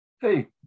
hey